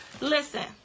Listen